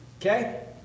Okay